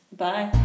bye